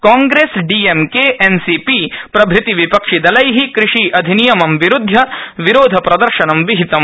कांग्रेसडीएमकेएनसीपी प्रभृतिविपक्षिदलै कृषि अधिनियमं विरुध्य प्रदर्शनं विहितम्